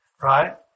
Right